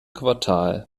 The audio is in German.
quartal